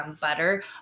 Butter